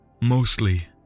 Mostly